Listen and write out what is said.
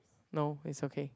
no it's okay